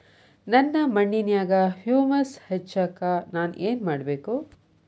ನನ್ನ ಮಣ್ಣಿನ್ಯಾಗ್ ಹುಮ್ಯೂಸ್ ಹೆಚ್ಚಾಕ್ ನಾನ್ ಏನು ಮಾಡ್ಬೇಕ್?